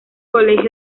colegios